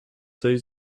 say